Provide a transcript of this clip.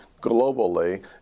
globally